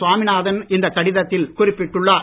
சுவாமிநாதன் இந்த கடிதத்தில் குறிப்பிட்டுள்ளார்